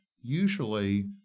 usually